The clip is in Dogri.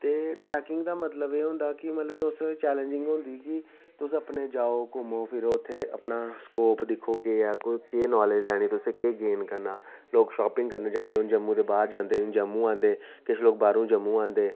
ते ट्रैकिंग दा मतलब एह् होंदा कि मतलब तुस चैलेंजिंग होंदी कि तुस अपने जाओ घूमों फिरो उत्थें अपना स्कोप दिक्खो केह् ऐ केह् नॉलेज लैनी तुसें केह् गेन करना लोग शॉपिंग करन जांदे हून जम्मू दे बाह्र जांदे हून जम्मू आंदे किश लोग बाह्रों जम्मू आंदे